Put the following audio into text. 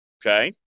Okay